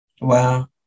Wow